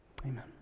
Amen